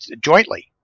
jointly